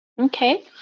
Okay